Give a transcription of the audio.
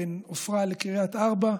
בין עפרה לקריית ארבע,